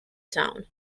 town